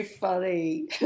funny